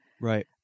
Right